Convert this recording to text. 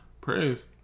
Praise